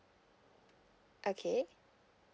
okay